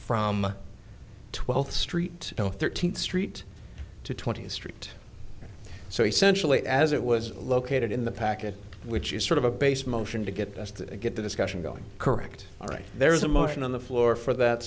from twelfth street thirteenth street to twentieth street so essentially as it was located in the packet which is sort of a base motion to get us to get the discussion going correct all right there is a motion on the floor for that